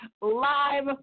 live